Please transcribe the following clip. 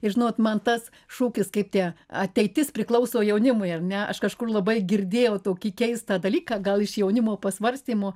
ir žinot man tas šūkis kaip tie ateitis priklauso jaunimui ar ne aš kažkur labai girdėjau tokį keistą dalyką gal iš jaunimo pasvarstymų